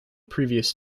previous